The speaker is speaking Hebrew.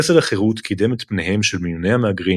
פסל החירות קידם את פניהם של מיליוני המהגרים